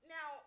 Now